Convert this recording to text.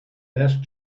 best